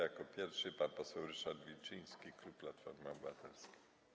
Jako pierwszy pan poseł Ryszard Wilczyński, klub Platforma Obywatelska.